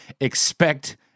expect